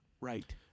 Right